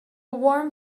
warm